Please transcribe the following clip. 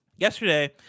Yesterday